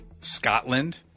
Scotland